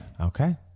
Okay